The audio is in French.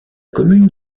commune